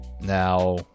Now